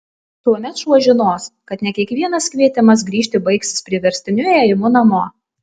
tuomet šuo žinos kad ne kiekvienas kvietimas grįžti baigsis priverstiniu ėjimu namo